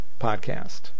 podcast